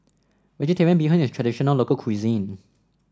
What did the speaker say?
vegetarian Bee Hoon is a traditional local cuisine